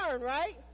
right